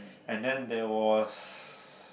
and then there was